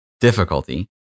Difficulty